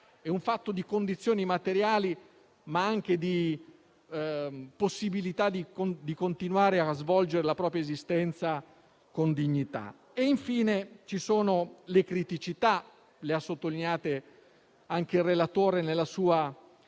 È un fatto di condizioni materiali, ma anche di possibilità di continuare a svolgere la propria esistenza con dignità. Infine, ci sono le criticità; le ha sottolineate anche il relatore nella sua